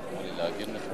לא שומעים אותך,